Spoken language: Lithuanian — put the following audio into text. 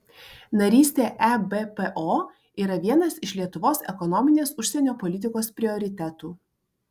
narystė ebpo yra vienas iš lietuvos ekonominės užsienio politikos prioritetų